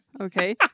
Okay